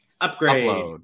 Upgrade